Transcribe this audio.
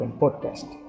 podcast